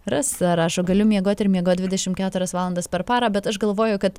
rasa rašo galiu miegot ir miegot dvidešim keturias valandas per parą bet aš galvoju kad